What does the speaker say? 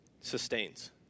sustains